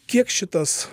kiek šitas